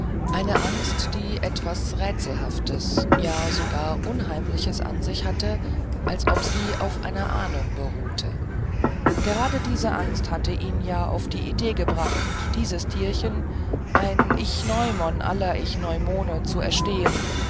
eine angst die etwas rätselhaftes ja sogar unheimliches an sich hatte als ob sie auf einer ahnung beruhte gerade diese angst hatte ihn ja auf die idee gebracht dieses tierchen ein ichneumon aller ichneumone zu erstehen